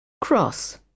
Cross